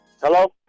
Hello